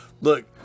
Look